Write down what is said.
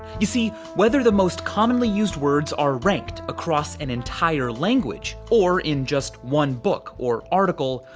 you see, whether the most commonly used words are ranked across an entire language, or in just one book or article,